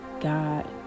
God